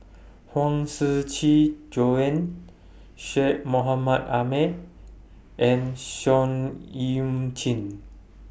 Huang Shiqi Joan Syed Mohamed Ahmed and Seah EU Chin